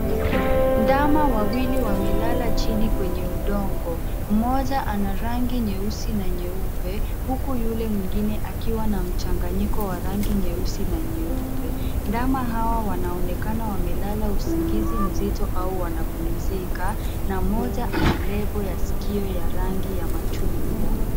Ndama wawili wamelala chini kwenye udongo. Moja ana rangi nyeusi na nyeupe huku yule mwingine akiwa na mchanganyiko wa rangi nyeusi na nyeupe. Ndama hawa wanaonekana wamelala usingizi nzito au wanapumzika na moja ana lebo ya Skio ya rangi ya machungwa.